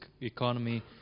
economy